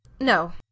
No